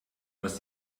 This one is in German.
was